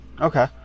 Okay